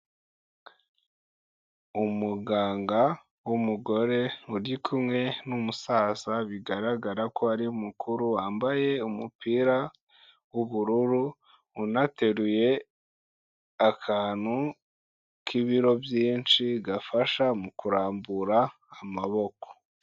Umuganga w'umugore, uri kumwe n'umusaza, bigaragara ko ari mukuru, wambaye umupira w'ubururu, unateruye akantu k'ibiro byinshi, gafasha mu kurambura amaboko.